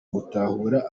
gutahura